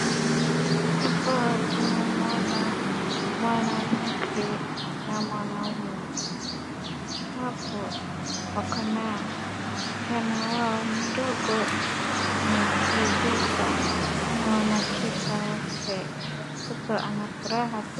Hapa tunaona mwanamke na mwanaume hapo wakona msichana wao mdogo anamchezesha na wanacheka wote. Mtoto anafuraha tele.